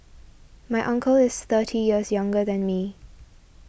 my uncle is thirty years younger than me